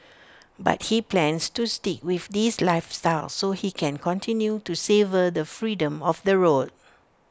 but he plans to stick with this lifestyle so he can continue to savour the freedom of the road